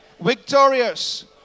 victorious